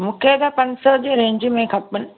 मूंखे त पंज सौ जी रेंज में खपनि